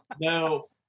No